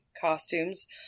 costumes